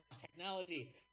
technology